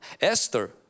Esther